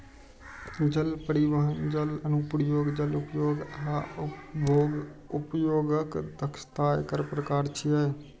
जल परिवहन, जल अनुप्रयोग, जल उपयोग आ उपभोग्य उपयोगक दक्षता एकर प्रकार छियै